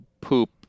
poop